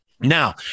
Now